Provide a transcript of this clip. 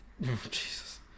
Jesus